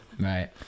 right